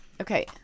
Okay